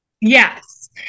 Yes